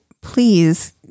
please